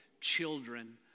children